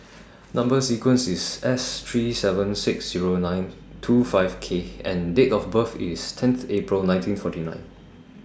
Number sequence IS S three seven six Zero nine two five K and Date of birth IS tenth April nineteen forty nine